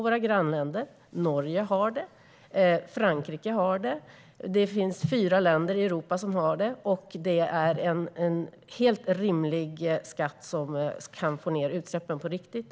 Fyra länder i Europa har det, bland annat Norge och Frankrike, och det är en helt rimlig skatt som kan få ned utsläppen på riktigt.